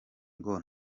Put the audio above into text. ngo